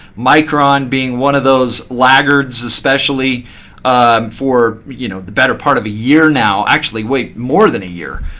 micron being one of those laggards, especially for you know the better part of a year now actually, wait, more than a year.